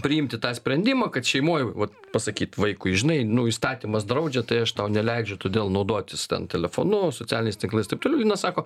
priimti tą sprendimą kad šeimoj vat pasakyt vaikui žinai nu įstatymas draudžia tai aš tau neleidžiu todėl naudotis ten telefonu socialiniais tinklais taip toliau linas sako